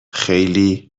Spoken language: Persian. خیلی